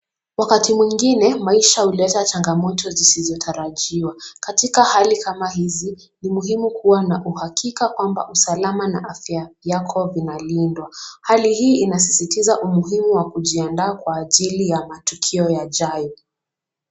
Wakati mwingine maisha hunaleta changamoto zisizotarajiwa, katika hali kama hizi ni muhimu kuwa na hakika kwamba usalama na afya yako vinalindwa, hali hii inasisitiza umuhimu wa kujiandaa kwa ajili ya matukio yaajayo.